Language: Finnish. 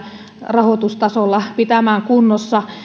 rahoitustasolla pitämään kunnossa